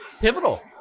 pivotal